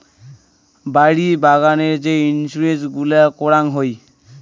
বাড়ি বাগানের যে ইন্সুরেন্স গুলা করাং হই